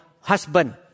husband